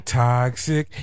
toxic